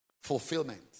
Fulfillment